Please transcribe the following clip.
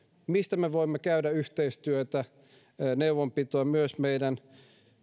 mistä me voimme käydä yhteistyötä ja neuvonpitoa myös meidän